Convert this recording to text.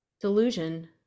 delusion